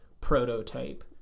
prototype